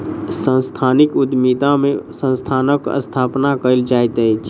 सांस्थानिक उद्यमिता में संस्थानक स्थापना कयल जाइत अछि